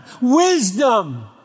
Wisdom